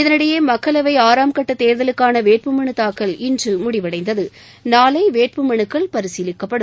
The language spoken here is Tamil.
இதனிடையே மக்களவை ஆறாம் கட்ட தேர்தலுக்கான வேட்பு மனுதாக்கல் இன்று முடிவடைந்தது நாளை வேட்பு மனுக்கள் பரிசீலிக்கப்படும்